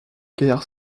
gaillard